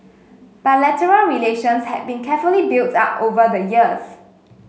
bilateral relations had been carefully built up over the years